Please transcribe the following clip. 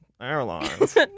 Airlines